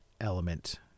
element